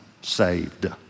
saved